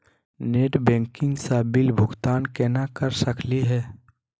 Net banking स bill भुगतान केना कर सकली हे?